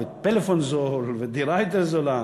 פלאפון זול ודירה יותר זולה,